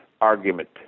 argument